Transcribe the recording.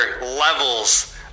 levels